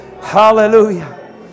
Hallelujah